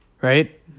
Right